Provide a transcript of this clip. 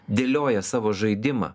dėlioja savo žaidimą